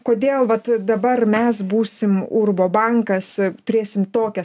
kodėl vat dabar mes būsim urbo bankas turėsime tokią